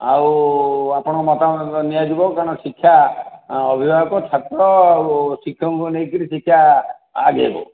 ଆଉ ଆପଣଙ୍କ ମତାମତ ନିଆଯିବ କାରଣ ଶିକ୍ଷା ଅଭିଭାବକ ଛାତ୍ର ଓ ଶିକ୍ଷକଙ୍କୁ ନେଇକିରି ଶିକ୍ଷା ଆଗେଇବ